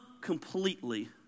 completely